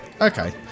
Okay